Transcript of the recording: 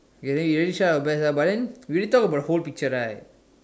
ya then we already try our best ah but then we already talk about the whole picture right